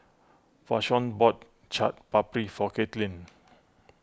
Vashon bought Chaat Papri for Kaitlyn